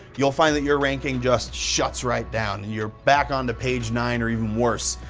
you'll find that your ranking just shuts right down. you're back onto page nine, or even worse.